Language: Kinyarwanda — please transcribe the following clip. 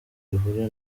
bihuriye